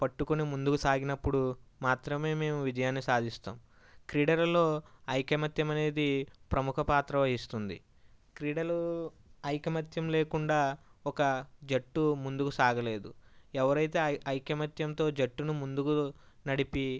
పట్టుకుని ముందుకు సాగినప్పుడు మాత్రమే మేము విజయాన్ని సాధిస్తాం క్రీడలలో ఐకమత్యం అనేది ప్రముఖ పాత్ర వహిస్తుంది క్రీడలు ఐకమత్యం లేకుండా ఒక జట్టు ముందుకు సాగలేదు ఎవరైతే ఐ ఐకమత్యంతో జట్టును ముందుకు నడిపి